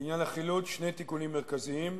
לעניין החילוט שני תיקונים מרכזיים.